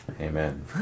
Amen